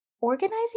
organizing